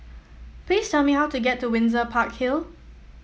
please tell me how to get to Windsor Park Hill